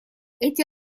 эти